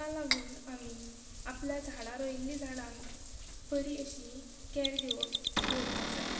ताका लागून आमी आपल्या झाडां रोयल्ली झाडांक बरी अशी कॅर घेवप घेवपाक जाय